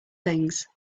things